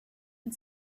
and